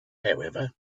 however